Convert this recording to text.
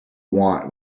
want